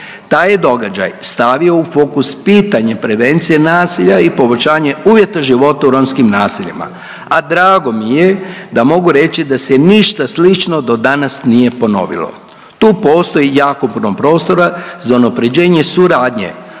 Taj je događaj stavio u fokus pitanje prevencije nasilja i povećanje uvjeta života u romskim naseljima, a drago mi je da mogu reći da se ništa slično do danas nije ponovilo. Tu postoji jako puno prostora za unaprjeđenje suradnje,